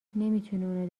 نمیتونی